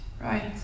right